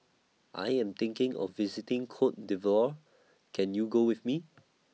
I Am thinking of visiting Cote D'Ivoire Can YOU Go with Me